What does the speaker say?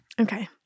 Okay